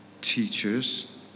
teachers